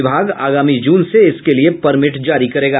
विभाग आगामी जून से इसके लिए परमिट जारी करेगा